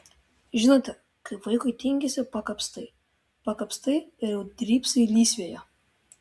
žinote kaip vaikui tingisi pakapstai pakapstai ir jau drybsai lysvėje